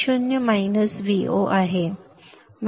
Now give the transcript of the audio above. ते शून्य minus Vo आहे